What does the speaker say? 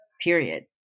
period